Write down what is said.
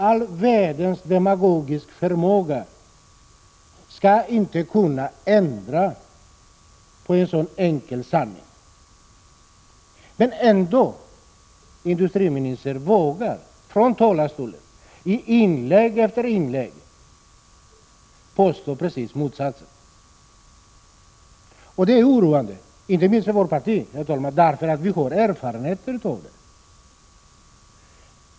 All världens förmåga till demagogi skall inte kunna ändra på en sådan enkel sanning. Ändå vågar industriministern från talarstolen i inlägg efter inlägg påstå motsatsen. Detta är oroande, inte minst för vårt parti, eftersom vi har erfarenheter av detta.